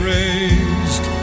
raised